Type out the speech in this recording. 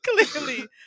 clearly